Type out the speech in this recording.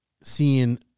seeing